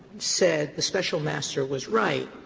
said the special master was right,